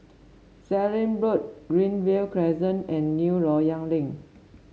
Sallim Road Greenview Crescent and New Loyang Link